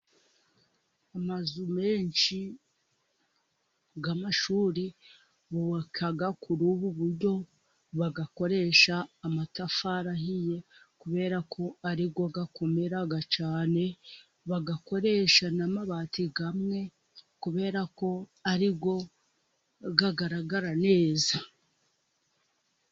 Amazu menshi y'amashuri bubaka kuri ubu buryo bagakoresha amatafari ahiye, kubera ko ari bwo akomera cyane bagakoresha n'amabati amwe kubera ko aribwo agaragara neza.